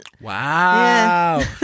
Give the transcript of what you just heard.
wow